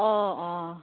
অঁ অঁ